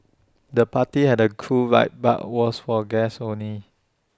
the party had A cool vibe but was for guests only